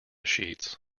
sheets